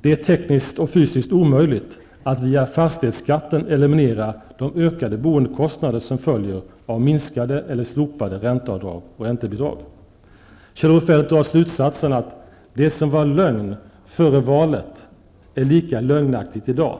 det är ''tekniskt och fysiskt omöjligt att via fastighetsskatten eliminera de ökade boendekostnader som följer av minskade eller slopade räntebidrag och ränteavdrag''. Kjell-Olof Feldt drar slutsatsen att ''det som var lögn före valet är lika lögnaktigt i dag.